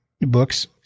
books